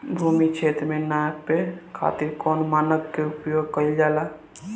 भूमि क्षेत्र के नापे खातिर कौन मानक के उपयोग कइल जाला?